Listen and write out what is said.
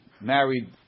married